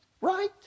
Right